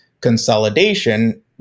consolidation